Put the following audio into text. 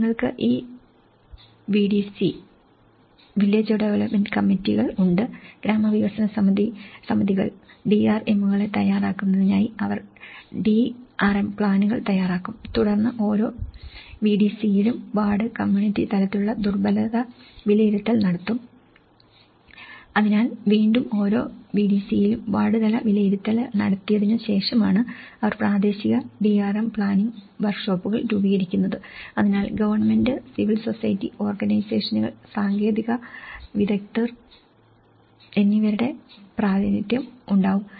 നിങ്ങൾക്ക് ഈ VDC കൾ ഉണ്ട് ഗ്രാമവികസന സമിതികൾ ഡിആർഎമ്മുകളെ തയ്യാറാക്കുന്നതിനായി അവർ ഡിആർഎം പ്ലാനുകൾ തയ്യാറാക്കും തുടർന്ന് ഓരോ വിഡിസിയിലും വാർഡ് കമ്മ്യൂണിറ്റി തലത്തിലുള്ള ദുർബലത വിലയിരുത്തൽ നടത്തും അതിനാൽ വീണ്ടും ഓരോ വിഡിസിയിലും വാർഡ് തല വിലയിരുത്തൽ നടത്തിയതിനു ശേഷമാണു അവർ പ്രാദേശിക ഡിആർഎം പ്ലാനിംഗ് വർക്ക്ഷോപ്പുകൾ രൂപീകരിക്കുന്നത് അതിനാൽ ഗവൺമെന്റ് സിവിൽ സൊസൈറ്റി ഓർഗനൈസേഷനുകൾ സാങ്കേതിക വിദഗ്ധർ എന്നിവരുടെ പ്രാതിനിധ്യം ഉണ്ടാവും